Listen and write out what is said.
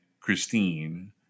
Christine